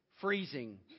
freezing